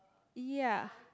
ya